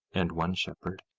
and one shepherd.